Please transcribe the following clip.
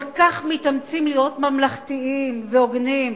כל כך מתאמצים להיות ממלכתיים והוגנים,